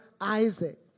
Isaac